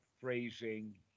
phrasing